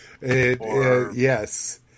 Yes